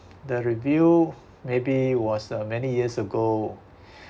the review maybe was uh many years ago